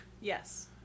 Yes